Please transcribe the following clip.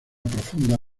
profunda